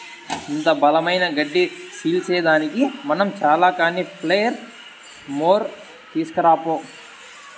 ఇంత బలమైన గడ్డి సీల్సేదానికి మనం చాల కానీ ప్లెయిర్ మోర్ తీస్కరా పో